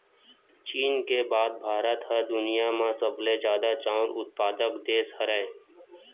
चीन के बाद भारत ह दुनिया म सबले जादा चाँउर उत्पादक देस हरय